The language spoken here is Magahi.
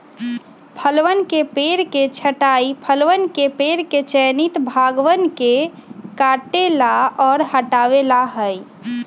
फलवन के पेड़ के छंटाई फलवन के पेड़ के चयनित भागवन के काटे ला और हटावे ला हई